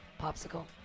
popsicle